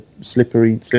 slippery